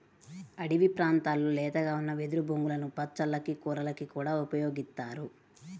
అడివి ప్రాంతాల్లో లేతగా ఉన్న వెదురు బొంగులను పచ్చళ్ళకి, కూరలకి కూడా ఉపయోగిత్తారు